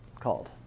called